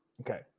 Okay